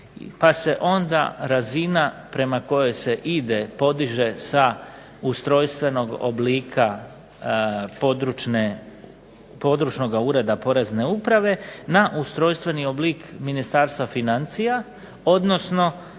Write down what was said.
pa se onda razina prema kojoj se ide podiže sa ustrojstvenog oblika područnoga ureda porezne uprave na ustrojstveni oblik Ministarstva financija, odnosno